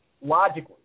logically